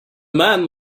man